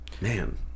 Man